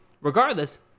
regardless